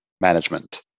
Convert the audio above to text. management